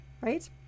right